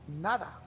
nada